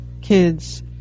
kids